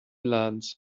ladens